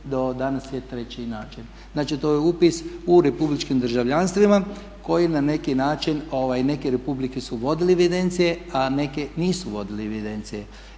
do danas je treći način. Znači to je upis u republičkim državljanstvima koji na neki način neke republike su vodile evidencije, a neke nisu vodile evidencije